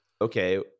okay